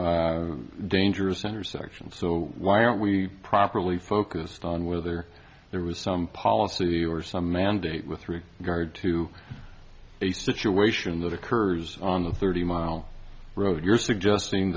on dangerous intersection so why aren't we properly focused on with or there was some policy or some mandate with three guard to a situation that occurs on the thirty mile road you're suggesting